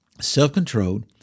self-controlled